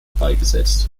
beigesetzt